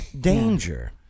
danger